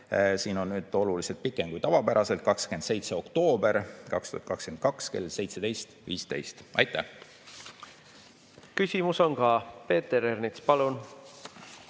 siin on oluliselt pikem aeg kui tavapäraselt – 27. oktoober 2022 kell 17.15. Aitäh! Küsimus on ka. Peeter Ernits, palun!